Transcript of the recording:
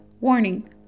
Warning